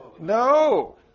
No